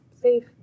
safe